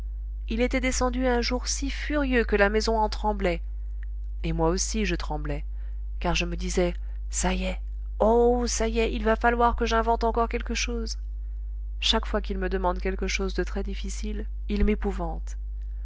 il était descendu un jour si furieux que la maison en tremblait et moi aussi je tremblais car je me disais ça y est oh ça y est il va falloir que j'invente encore quelque chose chaque fois qu'il me demande quelque chose de très difficile il